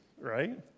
right